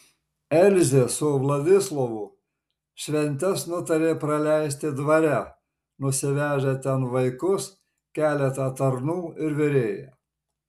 elzė su vladislovu šventes nutarė praleisti dvare nusivežę ten vaikus keletą tarnų ir virėją